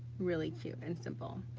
really cute and simple.